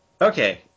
Okay